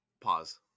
Pause